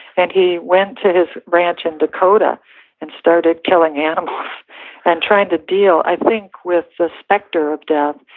and he went to his ranch in dakota and started killing animals and trying to deal i think with the specter of death,